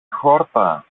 χόρτα